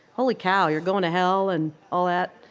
holy cow. you're going to hell, and all that.